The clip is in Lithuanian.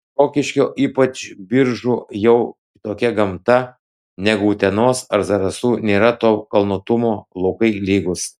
rokiškio ypač biržų jau kitokia gamta negu utenos ar zarasų nėra to kalnuotumo laukai lygūs